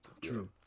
true